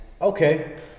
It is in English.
Okay